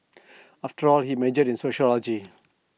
after all he majored in sociology